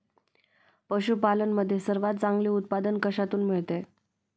पशूपालन मध्ये सर्वात चांगले उत्पादन कशातून मिळते?